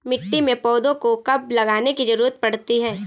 मिट्टी में पौधों को कब लगाने की ज़रूरत पड़ती है?